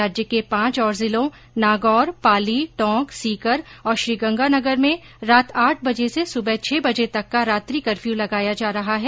राज्य के पांच और जिलों नागौर पाली टोंक सीकर और श्रीगंगानगर में रात आठ बजे से सुबह छह बजे तक का रात्रि कफ्यू लगाया जा रहा है